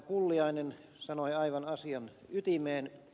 pulliainen sanoi aivan asian ytimeen